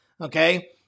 okay